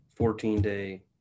14-day